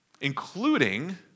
Including